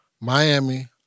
Miami